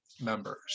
members